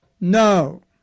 no